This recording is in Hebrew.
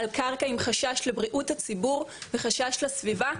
על קרקע עם חשש לבריאות הציבור וחשש לסביבה,